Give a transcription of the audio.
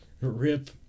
Rip